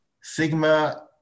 Sigma